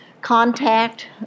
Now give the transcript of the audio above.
contact